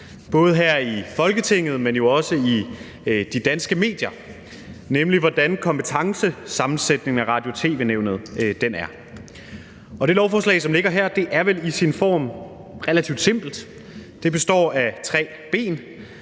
både her i Folketinget, men jo også i de danske medier, nemlig et forslag om, hvordan kompetencesammensætningen af Radio- og tv-nævnet er. Og det lovforslag, som ligger her, er vel i sin form relativt simpelt. Det står på tre ben.